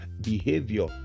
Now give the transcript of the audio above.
behavior